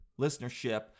listenership